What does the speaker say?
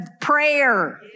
prayer